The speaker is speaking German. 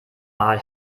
mal